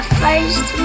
first